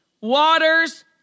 Waters